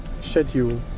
Schedule